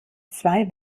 zwei